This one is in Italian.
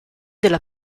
della